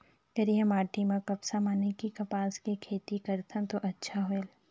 करिया माटी म कपसा माने कि कपास के खेती करथन तो अच्छा होयल?